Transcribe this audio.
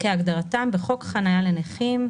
כהגדרתם בחוק חניה לנכים,